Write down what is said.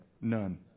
None